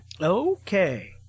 Okay